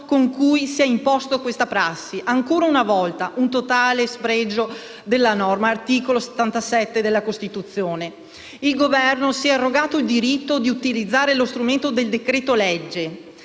con cui si è imposta questa prassi. Ancora una volta, in totale spregio della norma di cui all'articolo 77 della Costituzione, il Governo si è arrogato il diritto di utilizzare lo strumento del decreto-legge